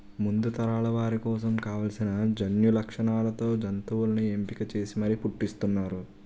ముందు తరాల వారి కోసం కావాల్సిన జన్యులక్షణాలతో జంతువుల్ని ఎంపిక చేసి మరీ పుట్టిస్తున్నారు